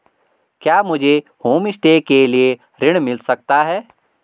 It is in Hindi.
क्या मुझे होमस्टे के लिए ऋण मिल सकता है?